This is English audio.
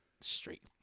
Straight